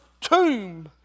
tomb